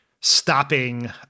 stopping